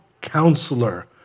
Counselor